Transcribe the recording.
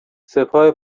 سپاه